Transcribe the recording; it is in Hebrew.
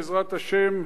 בעזרת השם,